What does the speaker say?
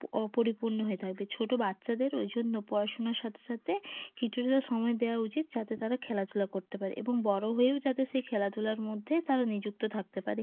অপরিপূর্ণ হয়ে থাকবে ছোটো বাচ্চাদের ওই জন্য পড়াশোনার সাথে সাথে কিছুটা সময় দেওয়া উচিত যাতে তারা খেলাধুলা করতে পারে এবং বড় হয়েও যাতে সেই খেলাধুলার মধ্যে তারা নিযুক্ত থাকতে পারে